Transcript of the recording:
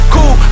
Cool